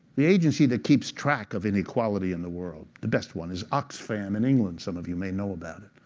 the agency that keeps track of inequality in the world, the best one is oxfam in england. some of you may know about it.